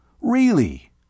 Really